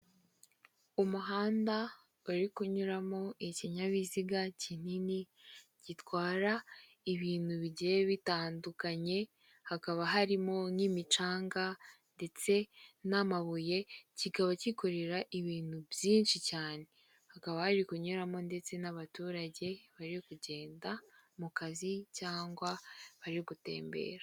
Umuhanda bari kunyuramo ikinyabiziga kinini gitwara ibintu bigiye bitandukanye, hakaba harimo n'imicanga ndetse n'amabuye kikaba kikorera ibintu byinshi cyane, hakaba yari kunyuramo ndetse n'abaturage bari kugenda mu kazi cyangwa bari gutembera.